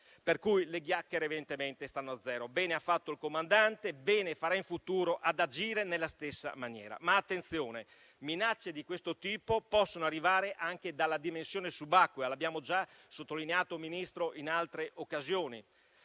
Per cui le chiacchiere evidentemente stanno a zero. Bene ha fatto il comandante e bene farà in futuro ad agire nella stessa maniera. Ma, attenzione, minacce di questo tipo possono arrivare anche dalla dimensione subacquea; l'abbiamo già sottolineato, Ministro, in altre occasioni.